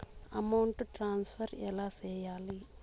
amount transfer ఎలా సేయాలి